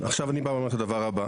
לא, עכשיו אני בא ואומר לך את הדבר הזה.